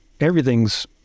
everything's